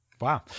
Wow